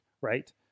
right